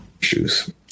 shoes